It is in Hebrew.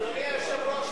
אדוני היושב-ראש,